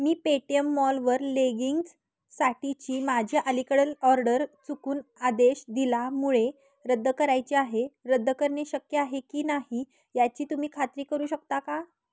मी Paytm मॉलवर लेगिंग्जसाठीची माझ्या अलीकडील ऑर्डर चुकून आदेश दिलामुळे रद्द करायचे आहे रद्द करणे शक्य आहे की नाही याची तुम्ही खात्री करू शकता का